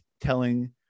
telling